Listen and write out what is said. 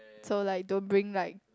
so like don't bring like